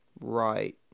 Right